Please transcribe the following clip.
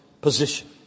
position